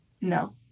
No